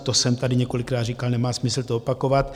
To jsem tady několikrát říkal, nemá smysl to opakovat.